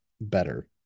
better